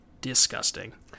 disgusting